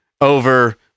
over